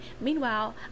Meanwhile